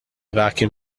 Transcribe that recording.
vacuum